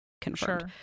confirmed